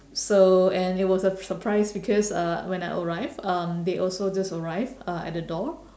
so and it was a surprise because uh when I arrived um they also just arrived uh at the door